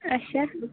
اچھا